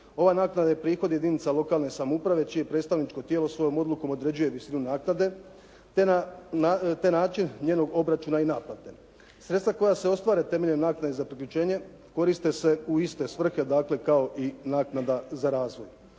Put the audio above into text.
Ova naknada je prihod jedinica lokalne samouprave čije predstavničko tijelo svojom odlukom određuje visinu naknade te način njenog obračuna i naplate. Sredstva koja se ostvare temeljem naknade za priključenje koriste se u iste svrhe, dakle kao i naknada za razvoj.